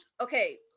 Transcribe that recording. okay